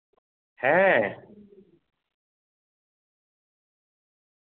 ᱦᱮᱸ